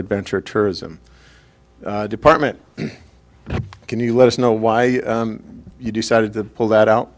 adventure tourism department can you let us know why you decided to pull that out